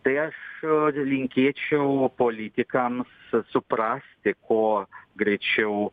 tai aš linkėčiau politikams su suprasti ko greičiau